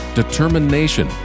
determination